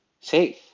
safe